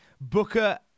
Booker